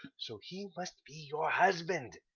so he must be your husband.